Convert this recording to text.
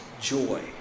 joy